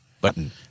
Button